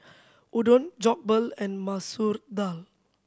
Udon Jokbal and Masoor Dal